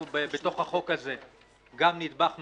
בתוך הצעת החוק הזאת היה לנו גם נדבך נוסף,